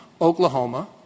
Oklahoma